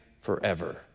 forever